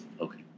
Okay